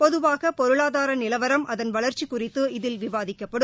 பொதுவாக பொருளாதார நிலவரம் அதன் வளர்ச்சி குறித்து இதில் விவாதிக்கப்படும்